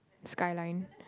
skyline